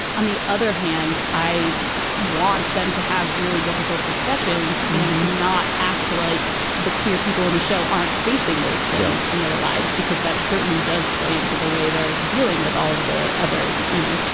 on the other hand, i want them to have really difficult discussions and to not act like the queer people in the show aren't facing those things in their lives because that certainly does play into the way they're dealing with all of the other, you know,